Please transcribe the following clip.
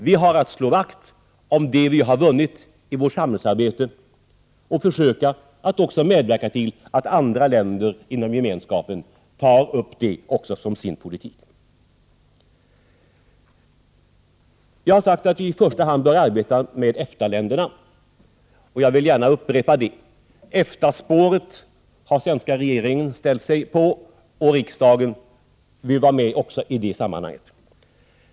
Vi har att slå vakt om det vi har vunnit i vårt samhällsarbete och att försöka att också medverka till att andra länder inom Gemenskapen tar upp detta som sin politik. Jag har sagt att vi i Sverige i första hand bör arbeta med EFTA-länderna, och jag vill gärna upprepa det. Den svenska regeringen har ställt sig på EFTA-spåret, och riksdagen vill också vara med i detta sammanhang.